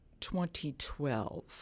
2012